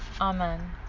amen